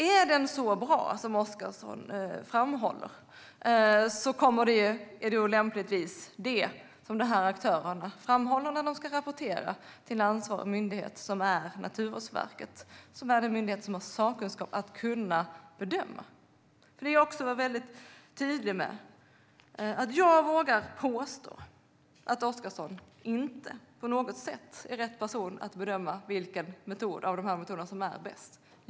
Är den så bra som Oscarsson framhåller är det lämpligtvis den som dessa aktörer lyfter fram när de ska rapportera till ansvarig myndighet, vilket är Naturvårdsverket. Det är den myndighet som har sakkunskap att göra en bedömning. Detta vill jag också vara väldigt tydlig med. Jag vågar påstå att Oscarsson inte på något sätt är rätt person att bedöma vilken av dessa metoder som är bäst.